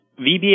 VBA